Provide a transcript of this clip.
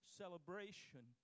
celebration